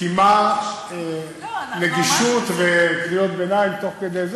קימה, נגישות וקריאות ביניים תוך כדי זה?